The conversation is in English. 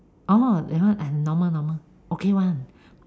orh that one !aiya! normal normal okay [one]